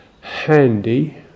handy